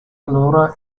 allora